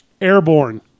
Airborne